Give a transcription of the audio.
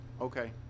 okay